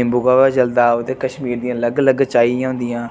नींबू काह्वा बी चलदा उद्धर कश्मीर दियां अलग अलग चाय होन्दियां